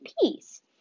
peace